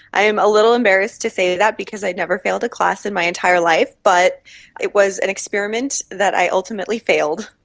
i am a little embarrassed to say that because i've never failed a class in my entire life, but it was an experiment that i ultimately failed.